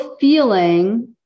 feeling